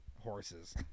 horses